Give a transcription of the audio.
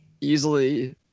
easily